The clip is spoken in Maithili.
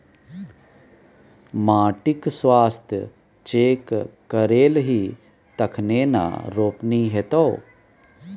माटिक स्वास्थ्य चेक करेलही तखने न रोपनी हेतौ